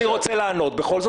למה את